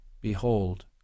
Behold